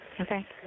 Okay